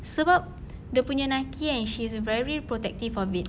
sebab dia punya nike kan she's very protective of it